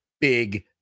big